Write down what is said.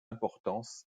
importance